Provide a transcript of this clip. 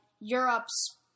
Europe's